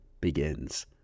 begins